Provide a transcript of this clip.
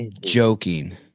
joking